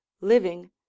living